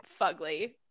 fugly